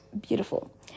beautiful